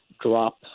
drop